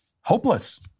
Hopeless